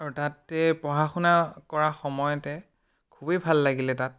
আৰু তাতে পঢ়া শুনা কৰাৰ সময়তে খুবেই ভাল লাগিলে তাত